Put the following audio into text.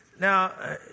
now